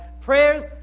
Prayers